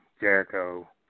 Jericho